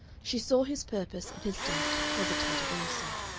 she saw his purpose and his doubt hesitated also,